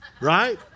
right